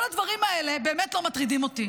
עכשיו, כל הדברים האלה באמת לא מטרידים אותי.